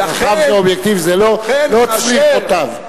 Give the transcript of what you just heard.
צרכיו, זה אובייקטיבי, זה לא צריכותיו.